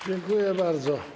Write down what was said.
Dziękuję bardzo.